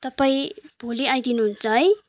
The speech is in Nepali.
तपाईँ भोलि आइदिनुहुन्छ है